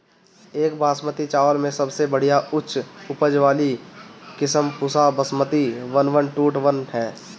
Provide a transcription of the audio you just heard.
एक बासमती चावल में सबसे बढ़िया उच्च उपज वाली किस्म Pusa Basmati one one two one ह?